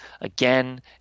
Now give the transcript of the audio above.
again